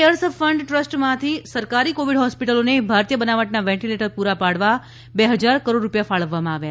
CARES fund ટ્રસ્ટમાંથી સરકારી Covid હોસ્પિટલોને ભારતીય બનાવટના વેન્ટીલેટર પૂરા પાડવા બે હજાર કરોડ રૂપિયા ફાળવવામાં આવ્યા